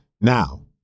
Now